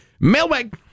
Mailbag